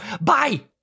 Bye